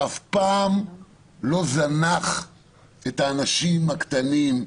-- אף פעם לא זנח את האנשים הקטנים,